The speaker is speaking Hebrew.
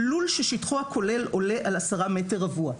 "לול ששטחו הכולל עולה על 10 מטרים רבועים".